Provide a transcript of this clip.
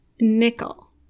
Nickel